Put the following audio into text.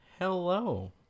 Hello